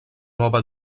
nova